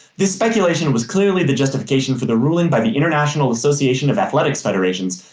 this speculation was clearly the justification for the ruling by the international association of athletics federations,